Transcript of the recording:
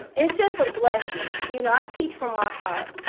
and it's just a blessing. you know i teach from my heart,